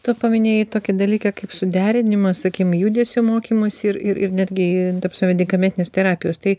tu paminėjai tokį dalyką kaip suderinimas sakim judesio mokymosi ir ir netgi ta prasme medikamentinės terapijos tai